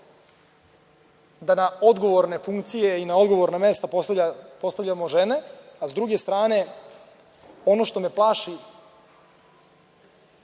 da na odgovorne funkcije i na odgovorna mesta postavljamo žene, a sa druge strane, ono što me plaši